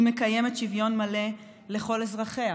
היא מקיימת שוויון מלא לכל אזרחיה.